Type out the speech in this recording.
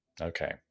okay